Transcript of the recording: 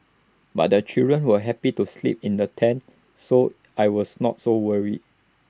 but the children were happy to sleep in the tent so I was not so worried